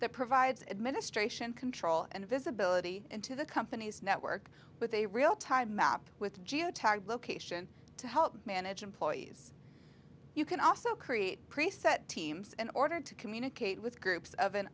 that provides administration control and visibility into the company's network with a real time map with geotagged location to help manage employees you can also create pre set teams and order to communicate with groups of an